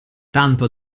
tanto